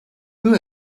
peu